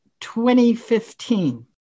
2015